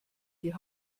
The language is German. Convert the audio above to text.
die